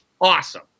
Awesome